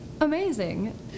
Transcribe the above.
Amazing